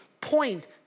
point